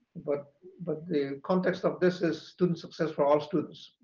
but but the context of this is student success for all students.